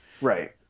Right